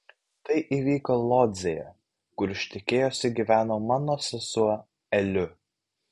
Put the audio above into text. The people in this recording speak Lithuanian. tai įvyko lodzėje kur ištekėjusi gyveno mano sesuo eliu